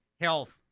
Health